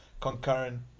concurrent